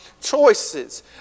choices